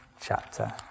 chapter